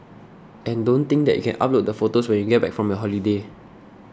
and don't think that you can upload the photos when you get back from your holiday